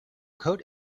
coat